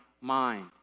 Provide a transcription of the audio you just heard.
mind